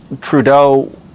Trudeau